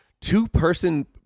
Two-person